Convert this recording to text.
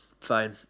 fine